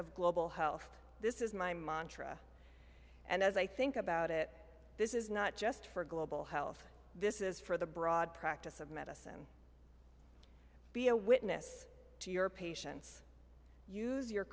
of global health this is my montra and as i think about it this is not just for global health this is for the broad practice of medicine be a witness to your patients use your